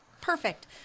Perfect